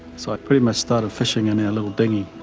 so i pretty much started fishing in our little dinghy.